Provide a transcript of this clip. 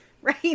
Right